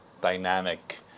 dynamic